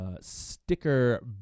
Sticker